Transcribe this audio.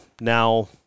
Now